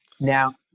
Now